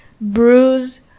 bruise